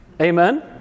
Amen